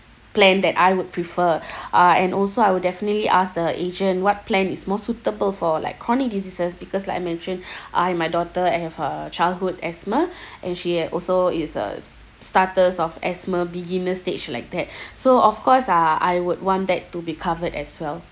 plan that I would prefer uh and also I will definitely ask the agent what plan is more suitable for like chronic diseases because like I mentioned I and my daughter have uh childhood asthma and she had also is a starters of asthma beginner stage like that so of course uh I would want that to be covered as well